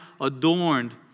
adorned